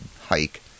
hike